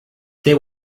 there